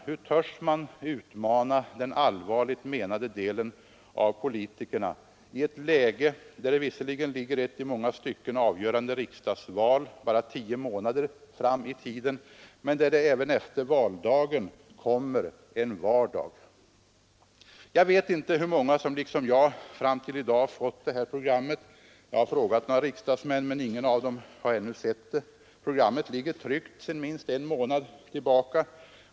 Hur törs man utmana den allvarligt menande delen av politikerna i ett läge där visserligen ett i många stycken avgörande riksdagsval ligger bara tio månader framåt i tiden men där det även efter valdagen kommer en vardag? Jag vet inte hur många som liksom jag fram till i dag har fått det här programmet. Jag har frågat några riksdagsmän, men ingen av dem har ännu sett det. Programmet ligger tryckt sedan minst en månad tillbaka.